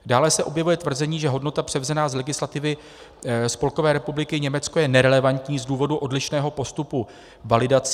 Dále se objevuje tvrzení, že hodnota převzatá z legislativy Spolkové republiky Německo je nerelevantní z důvodu odlišného postupu validací.